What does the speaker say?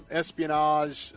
espionage